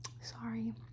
sorry